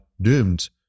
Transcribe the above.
doomed